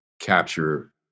capture